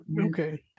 Okay